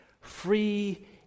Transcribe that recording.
free